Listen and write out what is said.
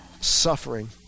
suffering